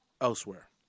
elsewhere